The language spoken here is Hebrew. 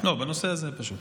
לא, בנושא הזה פשוט.